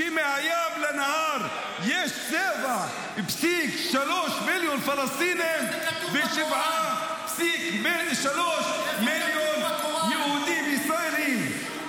שמהים לנהר יש 7.3 מיליון פלסטינים ו-7.3 מיליון יהודים ישראלים.